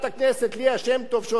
שעוסקת הרבה בנושא,